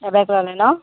এবেগ ল'লে ন